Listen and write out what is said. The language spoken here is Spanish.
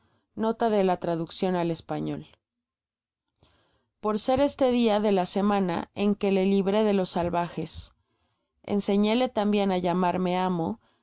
de la traduccion al español por ser este dia de la semana en que le libré de los salvajes enséñele tambien á llamarme amo